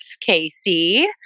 Casey